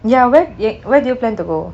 ya where where do you plan to go